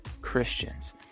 Christians